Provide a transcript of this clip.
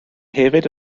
hefyd